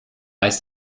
ist